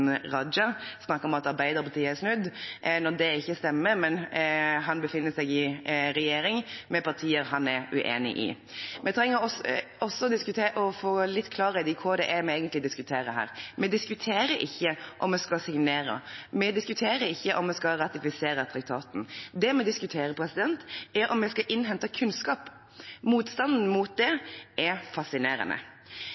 Raja snakke om at Arbeiderpartiet har snudd, når det ikke stemmer. Men han befinner seg i regjering med partier han er uenig med. Vi trenger også å få litt klarhet i hva vi egentlig diskuterer her. Vi diskuterer ikke om vi skal signere, vi diskuterer ikke om vi skal ratifisere traktaten. Det vi diskuterer, er om vi skal innhente kunnskap. Motstanden mot det er fascinerende. Representanten Schou var her oppe og etterspurte hva dette forslaget egentlig innebærer. Det